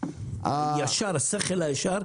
לשכל הישר,